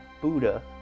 Buddha